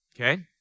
Okay